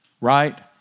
Right